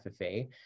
FFA